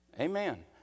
Amen